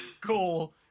cool